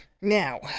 Now